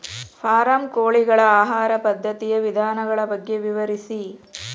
form ಕೋಳಿಗಳ ಆಹಾರ ಪದ್ಧತಿಯ ವಿಧಾನಗಳ ಬಗ್ಗೆ ವಿವರಿಸಿ